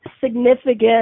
significant